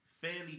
fairly